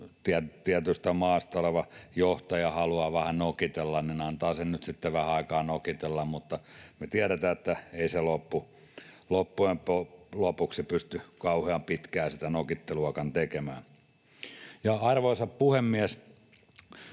tietystä maasta oleva johtaja haluaa vähän nokitella, niin antaa hänen nyt sitten vähän aikaa nokitella, mutta me tiedetään, että ei hän loppujen lopuksi pysty kauhean pitkään sitä nokitteluakaan tekemään. Arvoisa puhemies!